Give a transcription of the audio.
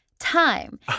Time